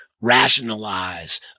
rationalize